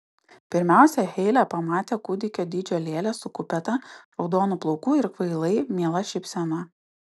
pirmiausia heile pamatė kūdikio dydžio lėlę su kupeta raudonų plaukų ir kvailai miela šypsena